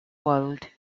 world